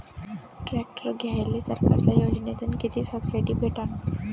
Tractor घ्यायले सरकारच्या योजनेतून किती सबसिडी भेटन?